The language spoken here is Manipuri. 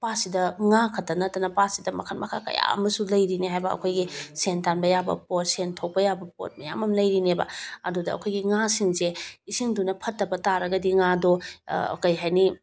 ꯄꯥꯠꯁꯤꯗ ꯉꯥ ꯈꯛꯇ ꯅꯠꯇꯅ ꯄꯥꯠꯁꯤꯗ ꯃꯈꯜ ꯃꯈꯥ ꯀꯌꯥ ꯑꯃꯁꯨ ꯂꯩꯔꯤꯅꯦ ꯍꯥꯏꯕ ꯑꯩꯈꯣꯏꯒꯤ ꯁꯦꯟ ꯇꯥꯅꯕ ꯌꯥꯕ ꯄꯣꯠ ꯁꯦꯟ ꯊꯣꯛꯄ ꯌꯥꯕ ꯄꯣꯠ ꯃꯌꯥꯝ ꯑꯃ ꯂꯩꯔꯤꯅꯦꯕ ꯑꯗꯨꯗ ꯑꯩꯈꯣꯏꯒꯤ ꯉꯥꯁꯤꯡꯁꯦ ꯏꯁꯤꯡꯗꯨꯅ ꯐꯠꯇꯕ ꯇꯥꯔꯒꯗꯤ ꯉꯥꯗꯣ ꯀꯩ ꯍꯥꯏꯅꯤ